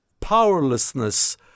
powerlessness